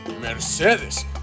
Mercedes